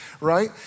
right